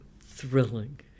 thrilling